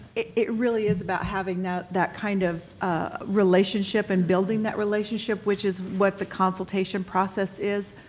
it really is about having that that kind of relationship and building that relationship, which is what the consultation process is.